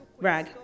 rag